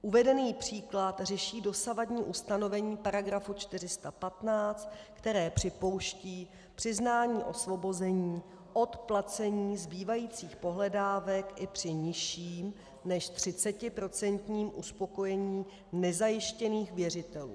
Uvedený příklad řeší dosavadní ustanovení § 415, které připouští přiznání osvobození od placení zbývajících pohledávek i při nižším než 30procentním uspokojení nezajištěných věřitelů.